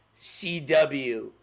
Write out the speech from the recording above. CW